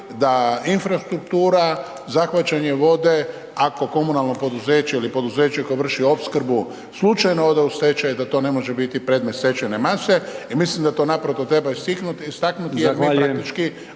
da infrastruktura, zahvaćanje vode ako komunalno poduzeće ili poduzeće koje vrši opskrbu slučajno ode u stečaj da to ne može biti predmet stečajne mase i mislim da to naprosto treba istaknuti …/Upadica: